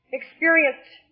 experienced